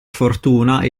fortuna